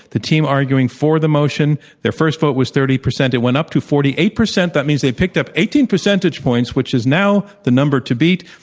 the team arguing for the motion, their first vote was thirty percent. they went up to forty eight percent. that means they picked up eighteen percentage points, which is now the number to beat.